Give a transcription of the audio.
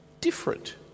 different